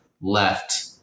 left